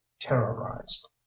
terrorized